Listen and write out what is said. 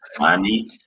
money